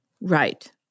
Right